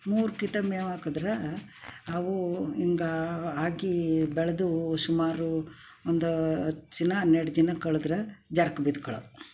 ಮೂರು ಕಿತ ಮೇವು ಹಾಕಿದ್ರೆ ಅವು ಹಿಂಗೆ ಆಗಿ ಬೆಳೆದು ಸುಮಾರು ಒಂದು ಹತ್ತು ಜಿನ ಹನ್ನೆರ್ಡು ದಿನ ಕಳ್ದ್ರೆ ಜರ್ಕೊ ಬಿದ್ಕೊಳ್ಳೋದು